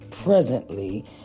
presently